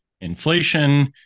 inflation